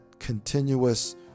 continuous